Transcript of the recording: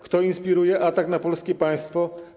Kto inspiruje atak na polskie państwo?